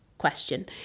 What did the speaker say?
Question